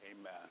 Amen